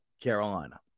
Carolina